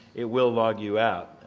it will log you out,